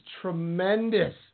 tremendous